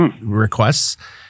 requests